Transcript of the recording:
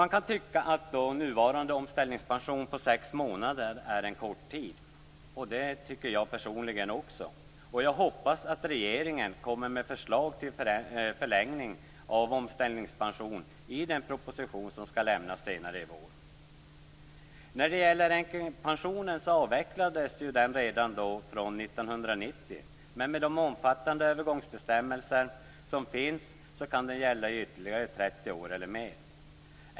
Man kan tycka att de nuvarande sex månaderna för omställningspension är en kort tid. Det tycker jag personligen också. Jag hoppas att regeringen kommer med ett förslag till förlängning av omställningspensionen i den proposition som skall lämnas senare i vår. När det gäller änkepensionen avvecklades den redan från 1990, men med de omfattande övergångsbestämmelser som finns kan den gälla ytterligare 30 år eller mer.